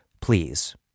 Please